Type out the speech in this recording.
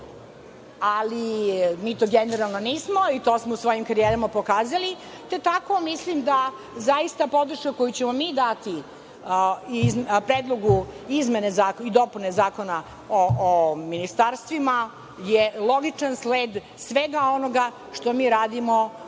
Ali, mi to generalno nismo i to smo svojim karijerama pokazali, te tako mislim da podrška koju ćemo mi dati Predlogu izmene i dopune Zakona o ministarstvima je logičan sled svega onoga što mi radimo